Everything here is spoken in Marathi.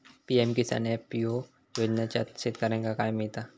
पी.एम किसान एफ.पी.ओ योजनाच्यात शेतकऱ्यांका काय मिळता?